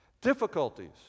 Difficulties